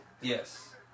Yes